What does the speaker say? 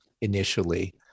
initially